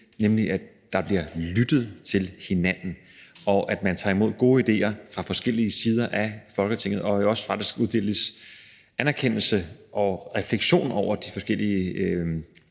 nemlig at der bliver lyttet til hinanden, at man tager imod gode idéer fra forskellige sider af Folketingssalen, og at der er jo faktisk også gives udtryk for anerkendelse af og refleksion over de forskellige